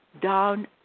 down